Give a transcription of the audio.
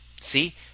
see